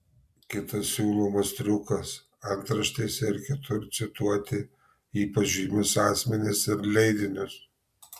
kitas siūlomas triukas antraštėse ir kitur cituoti ypač žymius asmenis ir leidinius